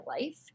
life